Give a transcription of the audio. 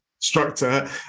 instructor